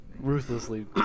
ruthlessly